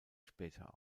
später